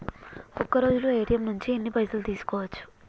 ఒక్కరోజులో ఏ.టి.ఎమ్ నుంచి ఎన్ని పైసలు తీసుకోవచ్చు?